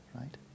right